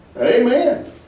Amen